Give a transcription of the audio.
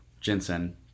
Jensen